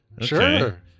sure